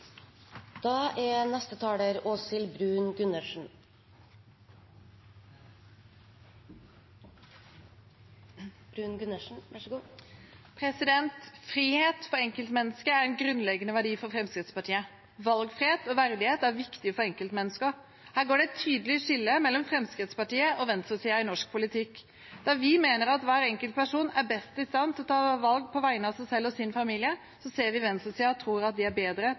Frihet for enkeltmennesket er en grunnleggende verdi for Fremskrittspartiet. Valgfrihet og verdighet er viktig for enkeltmennesker. Her går det et tydelig skille mellom Fremskrittspartiet og venstresiden i norsk politikk. Der vi mener at hver enkelt person er best i stand til å ta valg på vegne av seg selv og sin familie, ser vi venstresiden tror at de er bedre